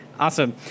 Awesome